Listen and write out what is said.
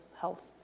health